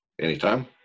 Anytime